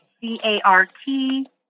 C-A-R-T